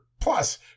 plus